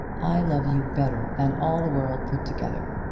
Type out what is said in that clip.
i love you better than all the world put together.